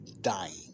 dying